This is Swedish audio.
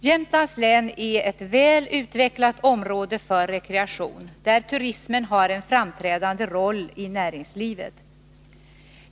Jämtlands län är ett väl utvecklat område för rekreation, där turismen har en framträdande roll i näringslivet.